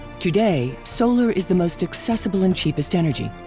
today, solar is the most accessible and cheapest energy.